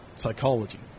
psychology